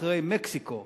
אחרי מקסיקו,